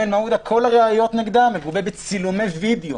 כל העדויות נגדה מגובות בתצלומי וידאו.